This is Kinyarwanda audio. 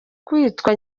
kwitwa